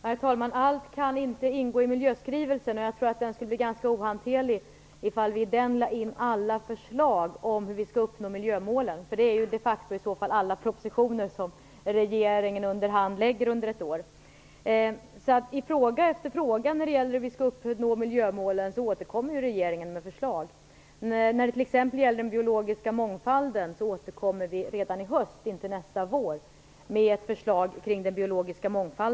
Herr talman! Allt kan inte ingå i miljöskrivelsen. Jag tror att den skulle bli ganska ohanterlig om vi i den lade in alla förslag om hur vi skall uppnå miljömålen. Det är de facto alla propositioner som regeringen allt eftersom lägger fram under ett år. I fråga efter fråga när det gäller hur vi skall uppnå miljömålen återkommer regeringen med förslag. När det t.ex. gäller den biologiska mångfalden återkommer vi redan i höst, inte nästa vår, med ett förslag.